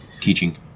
teaching